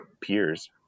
peers